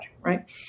right